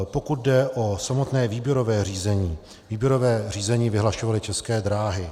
Pokud jde o samotné výběrové řízení, výběrové řízení vyhlašovaly České dráhy.